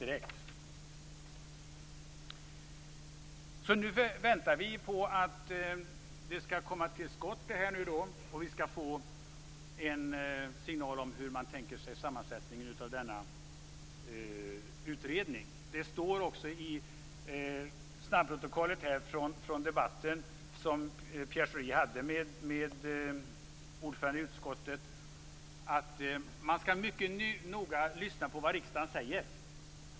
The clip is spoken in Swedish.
Vi väntar på att detta skall komma till skott och att vi får en signal om hur man tänker sig sammansättningen av utredningen. Det står också i snabbprotokollet från den debatt som Pierre Schori hade med ordföranden i utskottet, att man mycket noga skall lyssna på vad riksdagen säger.